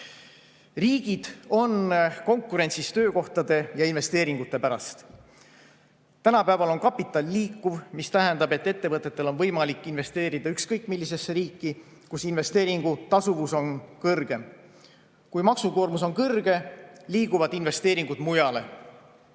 Riigid konkureerivad töökohtade ja investeeringute pärast. Tänapäeval on kapital liikuv. See tähendab, et ettevõtetel on võimalik investeerida ükskõik millisesse riiki, kus investeeringu tasuvus on [suurem]. Kui maksukoormus on [suur], liiguvad investeeringud mujale.